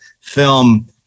film